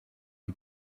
you